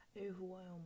overwhelmed